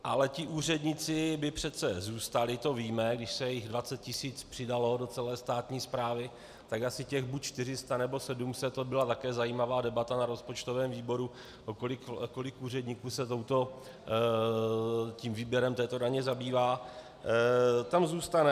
Ale ti úředníci by přece zůstali, to víme, když se jich 20 tisíc přidalo do celé státní správy, tak asi těch buď 400, nebo 700, to byla také zajímavá debata na rozpočtovém výboru, kolik úředníků se výběrem této daně zabývá, tam zůstane.